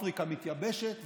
אפריקה מתייבשת,